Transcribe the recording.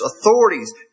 authorities